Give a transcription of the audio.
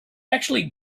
actually